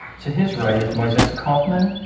to his right is moises kaufman,